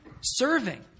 Serving